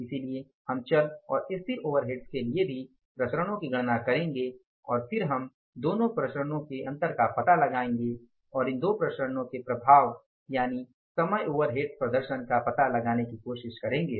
इसलिए हम चर और स्थिर ओवरहेड्स के लिए भी विचरणों की गणना करेंगे और फिर हम दोनो विचरणों में अंतर का पता लगायेंगे और इन दो विचरणों के प्रभाव यानी समग्र ओवरहेड्स प्रदर्शन का पता लगाने की कोशिश करेंगे